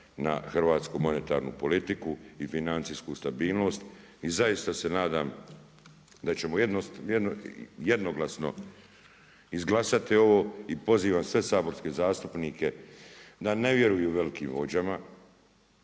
na hrvatsku monetarnu politiku i financijsku stabilnost. I zaista se nadam, da ćemo jednoglasno izglasati ovo i pozivam sve saborske zastupnike da ne vjeruju velikim vođama,